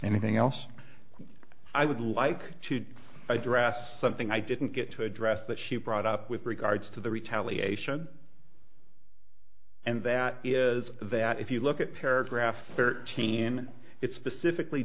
anything else i would like to address something i didn't get to address that she brought up with regards to the retaliation and that is that if you look at paragraph thirteen it specifically